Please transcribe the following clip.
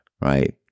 right